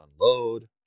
unload